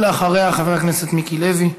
ואחריה, חבר הכנסת מיקי לוי.